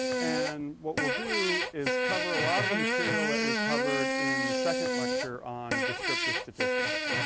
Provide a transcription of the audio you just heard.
and, what we'll do is cover a lot of the material that we covered, in the second lecture on descriptive statistics.